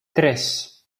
tres